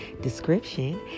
description